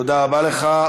תודה רבה לך.